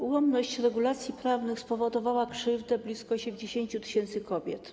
Ułomność regulacji prawnych spowodowała krzywdę blisko 80 tys. kobiet.